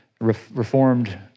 Reformed